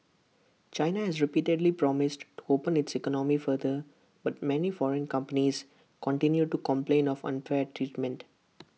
China has repeatedly promised to open its economy further but many foreign companies continue to complain of unfair treatment